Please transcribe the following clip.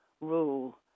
rule